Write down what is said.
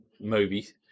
movies